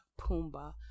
Pumbaa